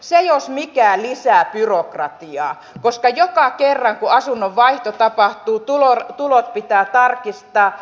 se jos mikä lisää byrokratiaa koska joka kerran kun asunnon vaihto tapahtuu tulot pitää tarkistaa